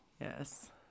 Yes